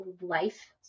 life